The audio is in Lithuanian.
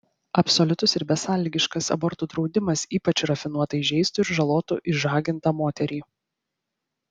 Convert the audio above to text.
absoliutus ir besąlygiškas abortų draudimas ypač rafinuotai žeistų ir žalotų išžagintą moterį